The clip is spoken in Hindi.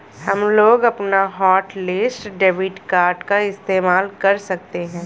हमलोग अपना हॉटलिस्ट डेबिट कार्ड का इस्तेमाल कर सकते हैं